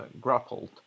Grappled